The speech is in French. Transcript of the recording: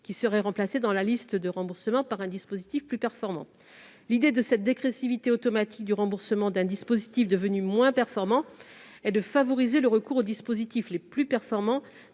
est remplacé dans la liste de remboursement par un dispositif plus performant. Cette dégressivité automatique du remboursement d'un dispositif devenu moins performant a pour but de favoriser le recours aux dispositifs les plus performants